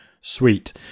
sweet